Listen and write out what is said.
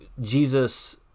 Jesus